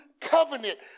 covenant